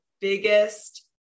biggest